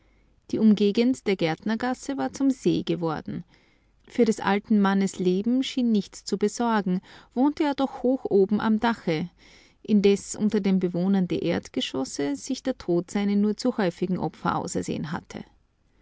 die umgegend der gärtnergasse war zum see geworden für des alten mannes leben schien nichts zu besorgen wohnte er doch hoch oben am dache indes unter den bewohnern der erdgeschosse sich der tod seine nur zu häufigen opfer ausersehen hatte